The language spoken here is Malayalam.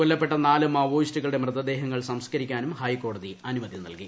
കൊല്ലപ്പെട്ട നാലു മാവോയിസ്റ്റുകളുടെ മൃതദേഹങ്ങൾ സംസ്കരിക്കാനും ഹൈക്കോടതി അനുമതി നൽകി